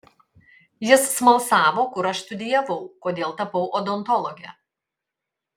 jis smalsavo kur aš studijavau kodėl tapau odontologe